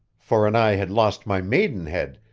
for an i had lost my maidenhead,